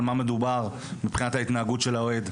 על מה מדובר מבחינת ההתנהגות של האוהד.